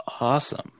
awesome